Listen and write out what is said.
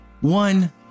One